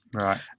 right